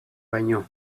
baino